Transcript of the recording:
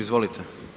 Izvolite.